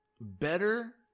better